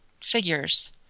figures